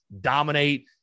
dominate